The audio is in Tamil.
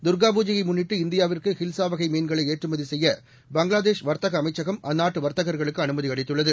தர்கா பூஜையை முன்னிட்டு இந்தியாவிற்கு ஹில்சா வகை மீள்களை ஏற்றுமதி செய்ய பங்களாதேஷ் வர்த்தக அமைச்சகம் அந்நாட்டு வர்த்தகர்களுக்கு அனுமதி அளித்துள்ளது